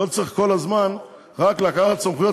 לא צריך כל הזמן רק לקחת סמכויות,